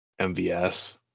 mvs